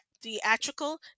theatrical